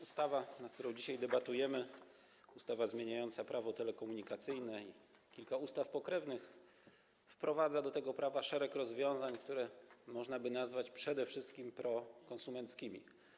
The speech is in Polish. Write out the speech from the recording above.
Ustawa, nad którą dzisiaj debatujemy, ustawa zmieniająca Prawo telekomunikacyjne i kilka ustaw pokrewnych, wprowadza do tego prawa szereg rozwiązań, które można by nazwać przede wszystkim prokonsumenckimi.